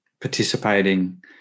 participating